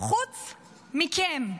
חוץ מכם.